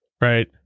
Right